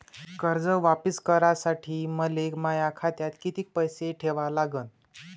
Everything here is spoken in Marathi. कर्ज वापिस करासाठी मले माया खात्यात कितीक पैसे ठेवा लागन?